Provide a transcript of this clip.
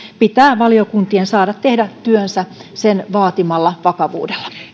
pitää valiokuntien saada tehdä työnsä sen vaatimalla vakavuudella